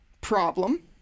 problem